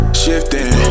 shifting